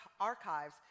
archives